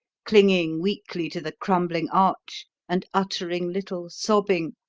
clinging weakly to the crumbling arch and uttering little sobbing,